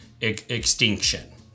extinction